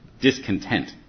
discontent